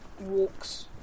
walks